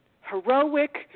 heroic